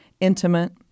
intimate